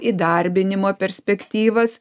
įdarbinimo perspektyvas